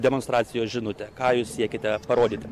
demonstracijos žinutė ką jūs siekiate parodyti